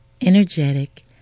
energetic